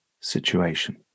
situation